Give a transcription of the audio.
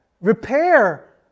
Repair